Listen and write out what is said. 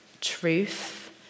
truth